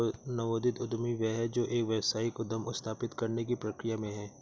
नवोदित उद्यमी वह है जो एक व्यावसायिक उद्यम स्थापित करने की प्रक्रिया में है